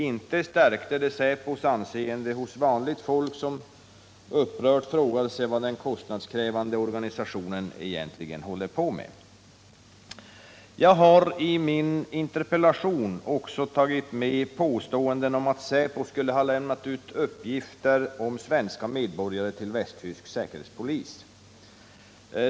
Inte stärkte det säpos anseende hos vanligt folk, som upprört frågade sig vad den kostnadskrävande organisationen egentligen håller på med. Jag har i min interpellation också tagit med påståenden om att säpo skulle ha lämnat ut uppgifter om svenska medborgare till västtysk säkerhetspolis.